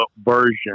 version